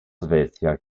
svezia